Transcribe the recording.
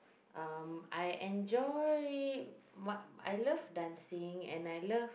um I enjoy my I love dancing and I love